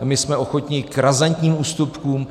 My jsme ochotni k razantním ústupkům.